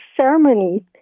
ceremony